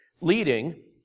leading